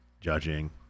judging